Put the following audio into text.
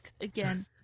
again